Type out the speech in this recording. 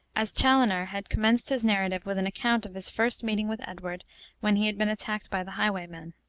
as chaloner had commenced his narrative with an account of his first meeting with edward when he had been attacked by the highwaymen.